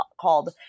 called